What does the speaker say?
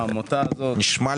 זה לא